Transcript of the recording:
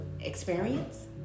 experience